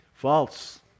false